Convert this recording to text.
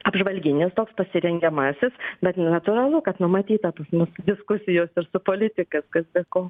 apžvalginis toks pasirengiamasis bet nu natūralu kad numatyta pas mus diskusijos ir su politikas kas be ko